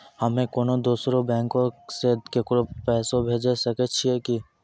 हम्मे कोनो दोसरो बैंको से केकरो पैसा भेजै सकै छियै कि?